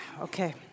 Okay